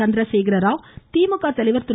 சந்திரசேகர ராவ் திமுக தலைவர் திரு